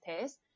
test